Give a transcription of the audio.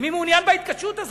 ומי מעוניין בהתכתשות הזאת?